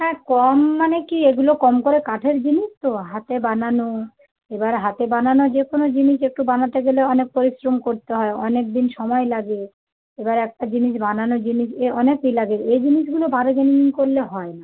হ্যাঁ কম মানে কী এগুলো কম করে কাঠের জিনিস তো হাতে বানানো এবার হাতে বানানো যে কোনও জিনিস একটু বানাতে গেলে অনেক পরিশ্রম করতে হয় অনেক দিন সময় লাগে এবার একটা জিনিস বানানো জিনিসে অনেক এ লাগে এ জিনিসগুলো বার্গেনিং করলে হয় না